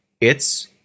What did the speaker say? it's-